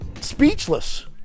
speechless